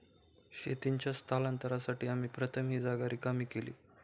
शेतीच्या स्थलांतरासाठी आम्ही प्रथम ही जागा रिकामी केली